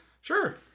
Sure